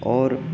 और